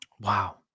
Wow